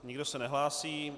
Nikdo se nehlásí.